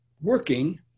working